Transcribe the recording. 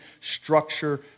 structure